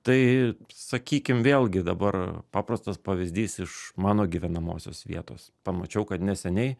tai sakykim vėlgi dabar paprastas pavyzdys iš mano gyvenamosios vietos pamačiau kad neseniai